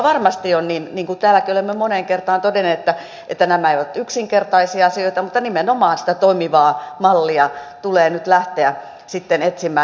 varmasti on niin niin kuin täälläkin olemme moneen kertaan todenneet että nämä eivät ole yksinkertaisia asioita mutta nimenomaan sitä toimivaa mallia tulee nyt lähteä sitten etsimään